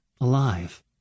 alive